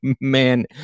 man